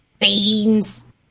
beans